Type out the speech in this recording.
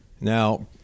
Now